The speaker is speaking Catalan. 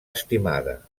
estimada